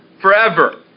forever